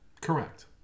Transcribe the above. Correct